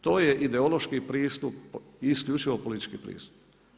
To je ideološki pristup i isključivo politički pristup.